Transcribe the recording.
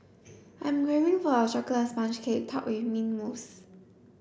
I'm craving for a chocolate sponge cake topped with mint mousse